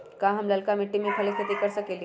का हम लालका मिट्टी में फल के खेती कर सकेली?